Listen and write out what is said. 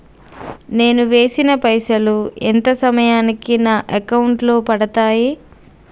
నేను వేసిన పైసలు ఎంత సమయానికి నా అకౌంట్ లో పడతాయి?